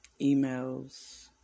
Emails